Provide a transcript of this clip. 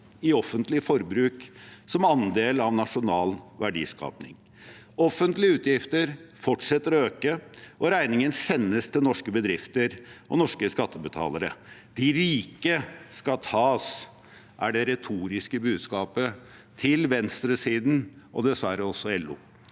i offentlig forbruk som andel av nasjonal verdiskaping. Offentlige utgifter fortsetter å øke, og regningen sendes til norske bedrifter og norske skattebetalere. De rike skal tas, er det retoriske budskapet til venstresiden – og dessverre også LO.